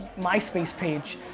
myspace page.